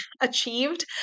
achieved